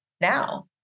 now